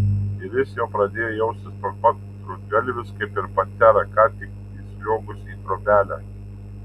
ir jis jau pradėjo jaustis toks pat nutrūktgalvis kaip ir pantera ką tik įsliuogusi į trobelę